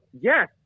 yes